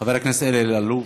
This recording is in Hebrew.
חבר הכנסת אלי אלאלוף.